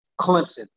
Clemson